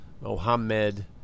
Mohammed